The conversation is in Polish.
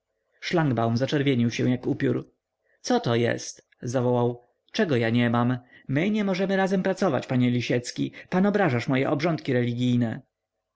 zaczerwienił się jak upiór co to jest zawołał czego ja nie mam my nie możemy razem pracować panie lisiecki pan obrażasz moje obrządki religijne